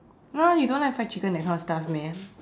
no you don't like fried chicken that kind of stuff meh